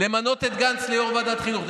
למנות את גנץ ליו"ר ועדת חינוך.